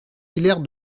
hilaire